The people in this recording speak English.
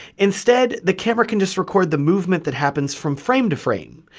instead, the camera can just record the movement that happens from frame to frame.